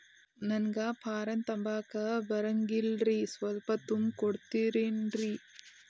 ನಂಗ ಫಾರಂ ತುಂಬಾಕ ಬರಂಗಿಲ್ರಿ ಸ್ವಲ್ಪ ತುಂಬಿ ಕೊಡ್ತಿರೇನ್ರಿ?